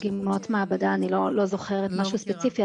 אני לא זוכרת משהו ספציפי.